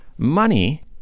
money